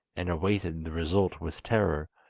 and awaited the result with terror.